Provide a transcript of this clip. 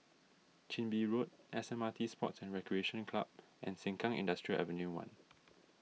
Chin Bee Road S M R T Sports and Recreation Club and Sengkang Industrial Ave one